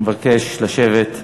אני מבקש לשבת.